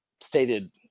stated